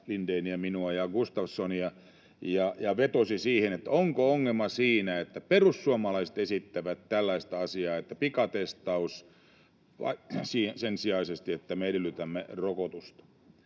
Lindéniä, minua ja Gustafssonia, ja vetosi siihen, onko ongelma siinä, että perussuomalaiset esittävät tällaista asiaa, että olisi pikatestaus, sen sijaan, että me edellytämme rokotusta.